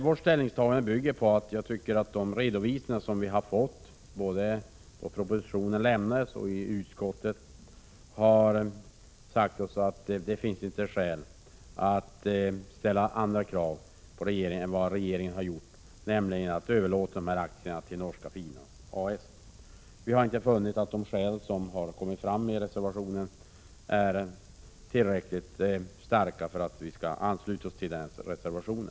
Vårt ställningstagande bygger på att de redovisningar vi har fått, både då propositionen lämnades och i utskottet, har sagt oss att det inte finns skäl att ställa krav på regeringen utöver det som har gjorts, nämligen överlåtelsen av dessa aktier till Norske Fina A/S. Vi har inte funnit de skäl som kommit fram i reservationen tillräckligt starka för att vi skall ansluta oss till den. Herr talman!